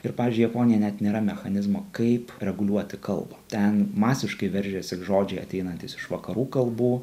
ir pavyzdžiui japonija net nėra mechanizmo kaip reguliuoti kalbą ten masiškai veržiasi žodžiai ateinantys iš vakarų kalbų